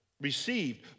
received